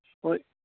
ꯍꯣꯏ